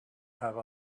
have